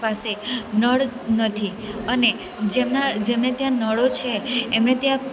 પાસે નળ નથી અને જેમના જેમને ત્યાં નળો છે એમને ત્યાં